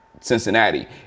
Cincinnati